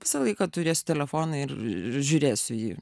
visą laiką turėsiu telefoną ir žiūrėsiu į jį